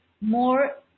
more